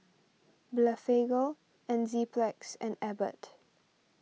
Blephagel Enzyplex and Abbott